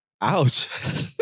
Ouch